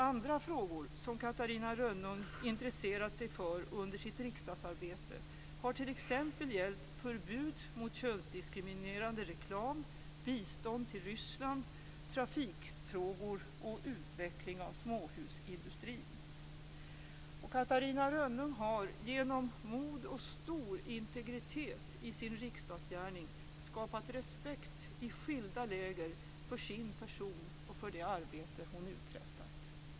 Andra frågor som Catarina Rönnung intresserat sig för under sitt riksdagsarbete har t.ex. gällt förbud mot könsdiskriminerande reklam, bistånd till Ryssland, trafikfrågor och utveckling av småhusindustrin. Catarina Rönnung har genom mod och stor integritet i sin riksdagsgärning skapat respekt i skilda läger för sin person och för det arbete hon uträttat.